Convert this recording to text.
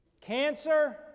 Cancer